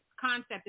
concept